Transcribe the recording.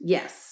Yes